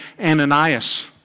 Ananias